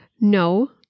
no